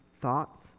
thoughts